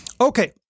Okay